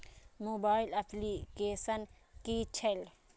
Mobile application कि छै?